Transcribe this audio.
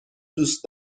دوست